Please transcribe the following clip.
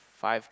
five